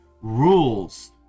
rules